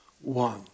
one